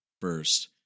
first